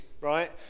right